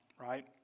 right